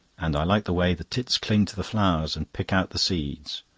and i like the way the tits cling to the flowers and pick out the seeds,